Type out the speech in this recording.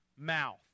mouth